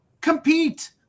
Compete